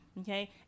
Okay